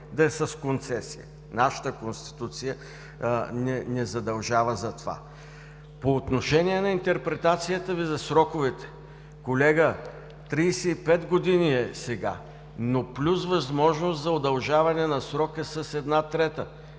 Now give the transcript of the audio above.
да е с концесия, нашата Конституция ни задължава за това. По отношение на интерпретацията Ви за сроковете. Колега, сега е 35 години, но плюс възможност за удължаване на срока с една трета,